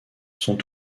sont